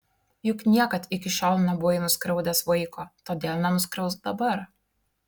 juk niekada iki šiol nebuvai nuskriaudęs vaiko todėl nenuskriausk dabar